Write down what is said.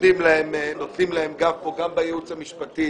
נותנים להם גב פה גם בייעוץ המשפטי,